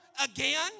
again